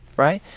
right?